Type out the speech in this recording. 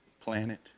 planet